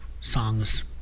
songs